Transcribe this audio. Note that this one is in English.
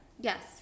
Yes